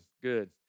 Good